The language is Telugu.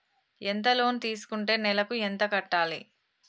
ఎంత లోన్ తీసుకుంటే నెలకు ఎంత కట్టాలి?